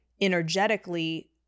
energetically